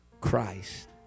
Christ